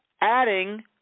Adding